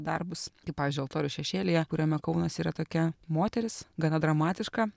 darbus kaip pavyzdžiui altorių šešėlyje kuriame kaunas yra tokia moteris gana dramatiška